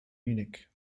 munich